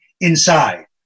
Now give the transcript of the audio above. inside